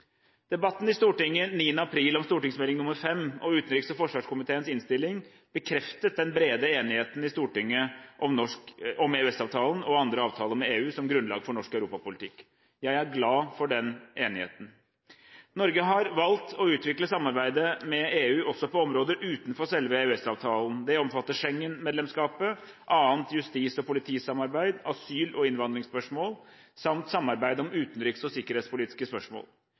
Debatten i Stortinget den 9. april om Meld. St. 5 for 2012–2013 og utenriks- og forsvarskomiteens innstilling bekreftet den brede enigheten i Stortinget om EØS-avtalen og andre avtaler med EU som grunnlag for norsk europapolitikk. Jeg er glad for den enigheten. Norge har valgt å utvikle samarbeidet med EU også på områder utenfor selve EØS-avtalen. Det omfatter Schengen-medlemskapet, annet justis- og politisamarbeid, asyl- og innvandringsspørsmål samt samarbeid om utenriks- og sikkerhetspolitiske spørsmål.